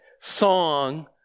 song